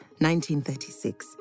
1936